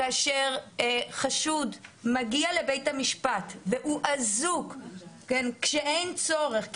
כאשר חשוד מגיע לבית המשפט והוא אזוק כשאין צורך,